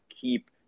keep